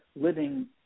living